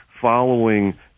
following